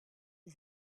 des